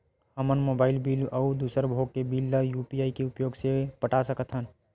हमन mobile bill अउ दूसर भोग के बिल ला यू.पी.आई के उपयोग से पटा सकथन